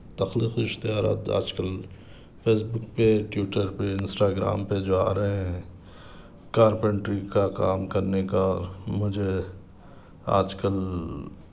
تخلیقی اشتہارات جو آج کل فیس بک پہ ٹویٹر پہ انسٹاگرام پہ جو آ رہے ہیں کارپینٹری کا کام کرنے کا مجھے آج کل